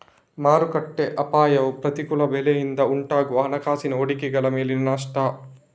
ಮಾರುಕಟ್ಟೆ ಅಪಾಯವು ಪ್ರತಿಕೂಲ ಬೆಲೆಯಿಂದ ಉಂಟಾಗುವ ಹಣಕಾಸಿನ ಹೂಡಿಕೆಗಳ ಮೇಲಿನ ನಷ್ಟ